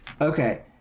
Okay